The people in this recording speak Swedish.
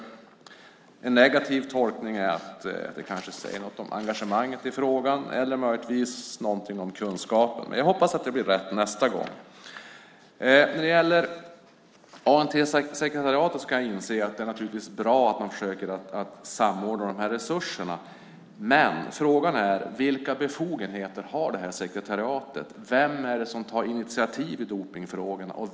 En negativ tolkning är att det kanske säger något om engagemanget i frågan, eller möjligen något om kunskapen. Jag hoppas att det blir rätt nästa gång. När det gäller ANT-sekretariatet kan jag inse att det naturligtvis är bra att man försöker samordna resurserna. Frågan är vilka befogenheter sekretariatet har. Vem är det som tar initiativ i dopningsfrågorna?